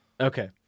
Okay